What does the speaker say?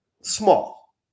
small